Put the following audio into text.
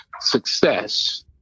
success